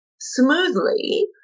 smoothly